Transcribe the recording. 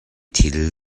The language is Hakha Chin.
thil